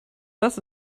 das